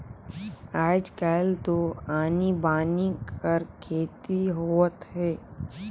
आयज कायल तो आनी बानी कर खेती होवत हे